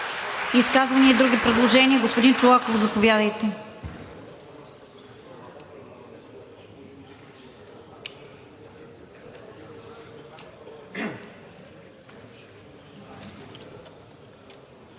Изказвания или други предложения? Господин Чолаков, заповядайте.